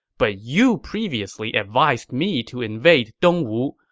but you previously advised me to invade dongwu,